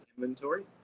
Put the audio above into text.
inventory